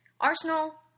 Arsenal